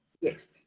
yes